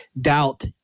doubt